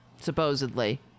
supposedly